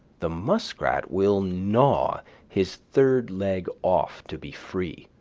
the muskrat will gnaw his third leg off to be free.